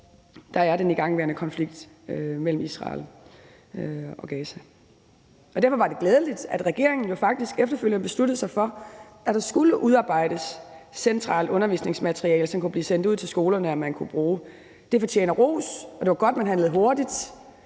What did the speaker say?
der er den igangværende konflikt mellem Israel og Gaza. Derfor var det glædeligt, at regeringen jo faktisk efterfølgende besluttede sig for, at der skulle udarbejdes centralt undervisningsmateriale, som kunne blive sendt ud til skolerne og man kunne bruge. Det fortjener ros, og det var godt, at man handlede hurtigt.